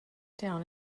down